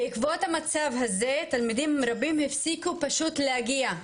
בעקבות המצב הזה, תלמידים רבים הפסיקו פשוט להגיע.